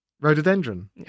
Rhododendron